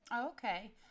Okay